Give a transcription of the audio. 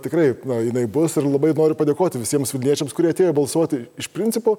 tikrai na jinai bus ir labai noriu padėkoti visiem vilniečiams kurie atėjo balsuoti iš principo